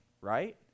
right